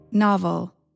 novel